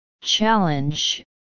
Challenge